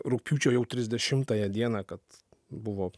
rugpjūčio ja trisdešimtąją dieną kad buvo